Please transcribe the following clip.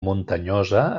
muntanyosa